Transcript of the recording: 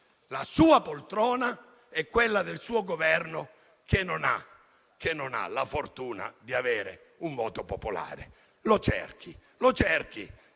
la sua poltrona e quelle del suo Governo, che non ha la fortuna di avere un voto popolare. Lo cerchi. Se